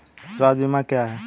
स्वास्थ्य बीमा क्या है?